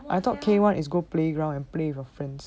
I thought K one is go playground and play with friends